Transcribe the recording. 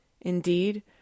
Indeed